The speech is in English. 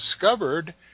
discovered